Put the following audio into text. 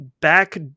back